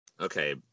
Okay